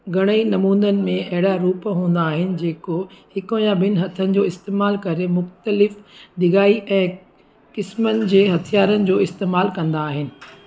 घणेई नमूननि में अहिड़ा रूप हूंदा आहिनि जेको हिकु या ॿिनि हथनि जो इस्तेमालु करे मुख़्तलिफ़ु ढिघाई ऐं क़िस्मुनि जे हथियारनि जो इस्तेमालु कंदा आहिनि